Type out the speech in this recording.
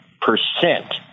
percent